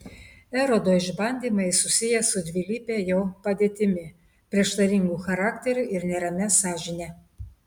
erodo išbandymai susiję su dvilype jo padėtimi prieštaringu charakteriu ir neramia sąžinę